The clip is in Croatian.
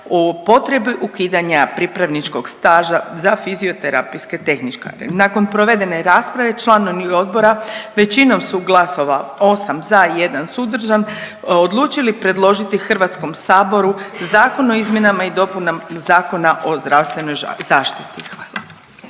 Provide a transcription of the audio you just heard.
o potrebi ukidanja pripravničkog staža za fizioterapijske tehničare. Nakon provedene rasprave članovi odbora većinom su glasova 8 za, 1 suzdržan odlučili predložiti Hrvatskom saboru Zakon o izmjenama i dopunama Zakona o zdravstvenoj zaštiti. Hvala.